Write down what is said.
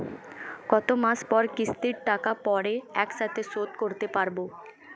কত মাস পর কিস্তির টাকা পড়ে একসাথে শোধ করতে পারবো?